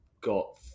got